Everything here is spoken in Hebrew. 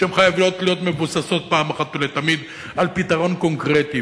שחייבות להיות מבוססות פעם אחת ולתמיד על פתרון קונקרטי,